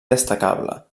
destacable